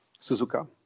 Suzuka